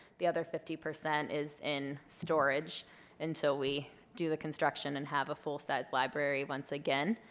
the other fifty percent is in storage until we do the construction and have a full size library once again.